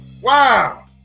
Wow